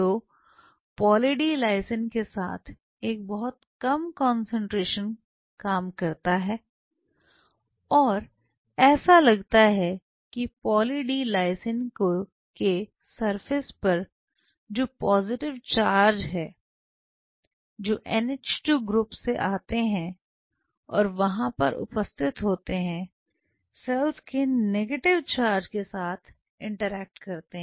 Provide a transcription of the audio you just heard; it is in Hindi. तो पाली डी लायसिन के साथ एक बहुत कम कंसंट्रेशन काम करता है और ऐसा लगता है की पाली डी लायसिन के सरफेस पर जो पॉजिटिव चार्ज है जो NH2 ग्रुप से आते हैं और वहां पर उपस्थित होते हैं सेल के नेगेटिव चार्ज के साथ इंटरेक्ट करते हैं